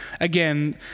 again